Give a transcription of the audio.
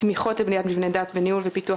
תמיכות לבניית מבני דת וניהול ופיתוח